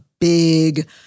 big